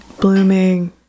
blooming